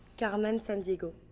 carmen san diego.